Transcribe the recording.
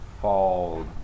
fall